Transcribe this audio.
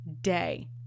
day